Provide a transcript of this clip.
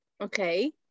okay